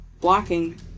blocking